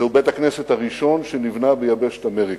זהו בית-הכנסת הראשון שנבנה ביבשת אמריקה.